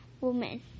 woman